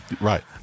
Right